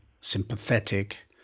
sympathetic